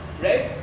Right